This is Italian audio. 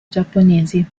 giapponesi